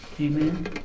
Amen